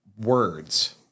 words